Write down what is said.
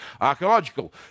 Archaeological